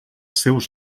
seus